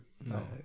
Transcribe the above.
No